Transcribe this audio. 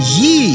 ye